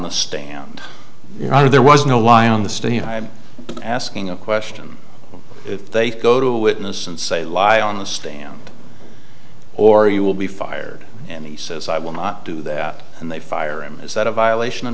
the stand there was no lie on the stand i am asking a question if they go to a witness and say lie on the stand or you will be fired and he says i will not do that and they fire him is that a violation of